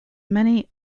many